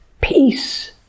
peace